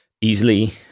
easily